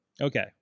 okay